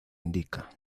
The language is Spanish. indica